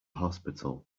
hospital